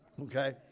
Okay